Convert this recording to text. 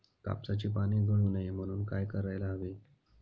कापसाची पाने गळू नये म्हणून काय करायला हवे?